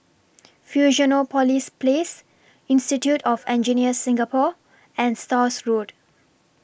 Fusionopolis Place Institute of Engineers Singapore and Stores Road